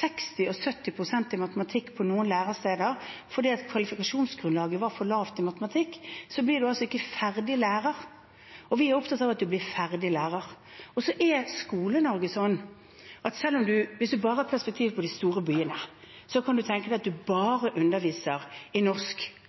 60 og 70 pst. i matematikk på noen læresteder fordi kvalifikasjonsgrunnlaget var for lavt i matematikk, blir man altså ikke ferdig lærer. Vi er opptatt av at man blir ferdig lærer. Så er Skole-Norge sånn: Hvis man bare har perspektiv på de store byene, kan man tenke at man bare underviser i norsk,